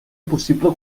possible